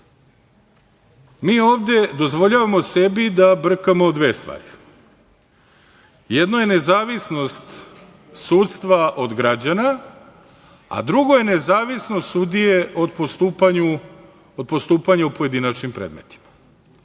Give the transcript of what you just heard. ovde dozvoljavamo sebi da brkamo dve stvari. Jedno je nezavisnost sudstva od građana, a drugo je nezavisnost sudije od postupanja u pojedinačnim predmetima.